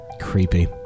creepy